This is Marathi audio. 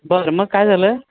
बरं मग काय झालं